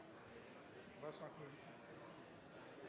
bare